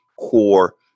core